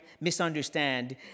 misunderstand